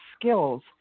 skills